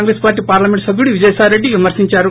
Congress party parliament సబ్యుడు విజయసాయిరెడ్డి విమర్పించారు